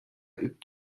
übt